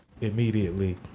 immediately